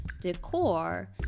decor